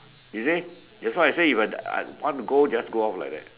you see that's why I say if you want to go just go out like that